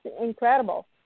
incredible